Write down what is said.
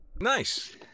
Nice